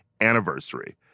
anniversary